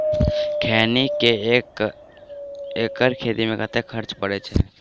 खैनी केँ एक एकड़ खेती मे कतेक खर्च परै छैय?